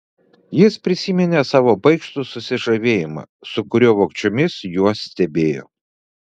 jis prisiminė savo baikštų susižavėjimą su kuriuo vogčiomis juos stebėjo